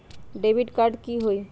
Debit card की होई?